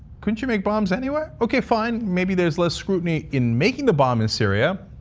couldn't you make bombs anywhere? okay, fine. maybe there's less scrutiny in making the bomb in syria.